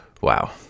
Wow